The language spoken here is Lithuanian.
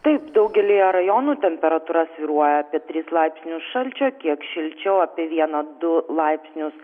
taip daugelyje rajonų temperatūra svyruoja apie tris laipsnius šalčio kiek šilčiau apie vieną du laipsnius